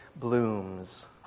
blooms